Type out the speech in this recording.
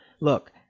look